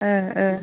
औ औ